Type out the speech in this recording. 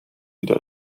wieder